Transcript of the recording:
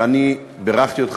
ואני בירכתי אותך,